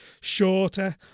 shorter